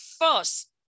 first